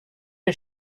you